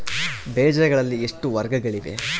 ಬೇಜಗಳಲ್ಲಿ ಎಷ್ಟು ವರ್ಗಗಳಿವೆ?